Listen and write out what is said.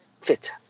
fit